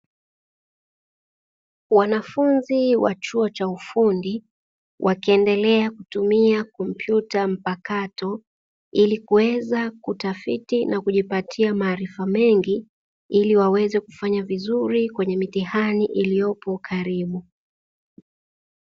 Mwanafunzi wa chuo cha ufundi wakiendelea kutumia kompyuta mpakato ili kuweza kutafiti na kujipatia maarifa mengi, ili waweze kufanya vizuri kwenye mitihani iliyopo karibu.